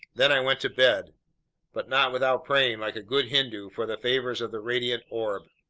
then i went to bed but not without praying, like a good hindu, for the favors of the radiant orb.